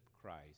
Christ